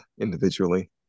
individually